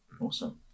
Awesome